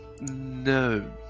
no